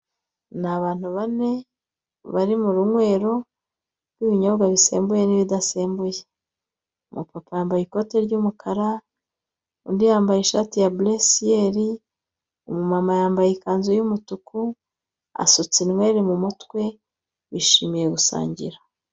N i abantu bane bari mu runywero rw'ibinyobwa bisembuye n'ibidasembuye. Umupapa yambaye ikote ry'umukara, undi yambaye ishati ya bulesiyeli, umumama yambaye ikanzu y'umutuku, asutse inyweri mu mutwe, bishimiye gusangira.